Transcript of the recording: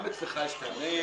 גם אצלך יש טענות כאלה,